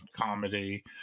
comedy